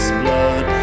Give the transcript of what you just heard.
blood